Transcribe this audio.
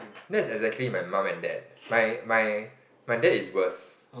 that's exactly my mum and dad my my my dad is worse